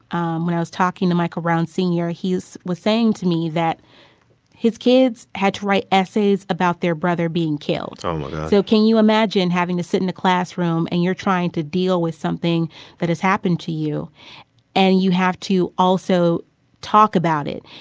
um when i was talking to michael brown sr, he was saying to me that his kids had to write essays about their brother being killed um so can you imagine having to sit in the classroom and you're trying to deal with something that has happened to you and you have to also talk about it?